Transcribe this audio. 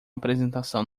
apresentação